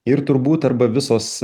ir turbūt arba visos